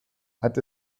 hat